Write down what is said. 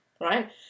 right